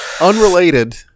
Unrelated